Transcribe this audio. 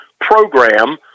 program